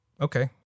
okay